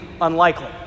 unlikely